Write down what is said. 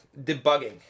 Debugging